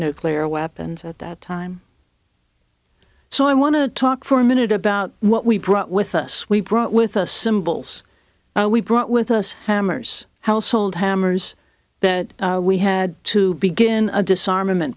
nuclear weapons at that time so i want to talk for a minute about what we brought with us we brought with us symbols we brought with us hammers household hammers that we had to begin a disarmament